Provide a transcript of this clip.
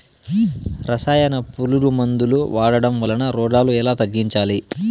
రసాయన పులుగు మందులు వాడడం వలన రోగాలు ఎలా తగ్గించాలి?